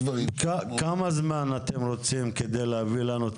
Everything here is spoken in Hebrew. כמה זמן אתם רוצים כדי להביא לנו את